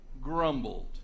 grumbled